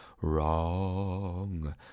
Wrong